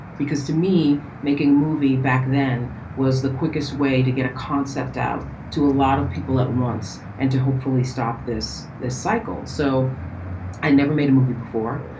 because to me, making a movie back then was the quickest way to get a concept out to a lot of people at once and to hopefully stop. this this cycle. so i never made a movie before.